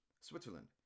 Switzerland